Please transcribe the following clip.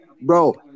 Bro